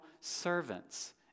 servants